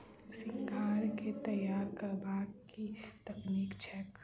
सिंघाड़ा केँ तैयार करबाक की तकनीक छैक?